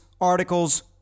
articles